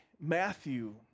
Matthew